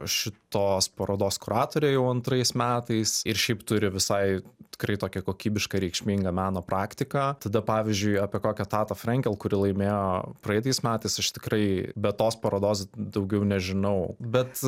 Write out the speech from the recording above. šitos parodos kuratorė jau antrais metais ir šiaip turi visai tikrai tokią kokybišką reikšmingą meno praktiką tada pavyzdžiui apie kokią tata frenkel kuri laimėjo praeitais metais aš tikrai be tos parodos daugiau nežinau bet